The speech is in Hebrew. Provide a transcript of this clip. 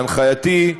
בהנחייתי,